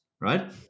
right